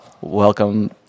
welcome